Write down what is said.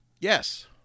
Yes